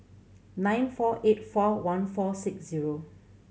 nine four eight four one four six zero